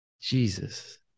Jesus